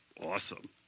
Awesome